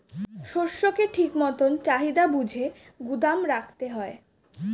শস্যকে ঠিক মতন চাহিদা বুঝে গুদাম রাখতে হয়